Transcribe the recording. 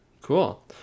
cool